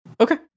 Okay